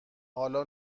حالا